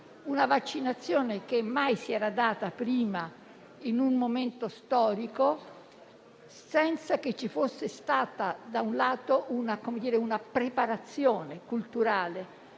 Una vaccinazione che mai si era data prima in un momento storico senza che ci fosse stata una preparazione culturale.